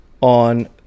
on